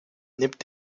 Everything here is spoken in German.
nimmt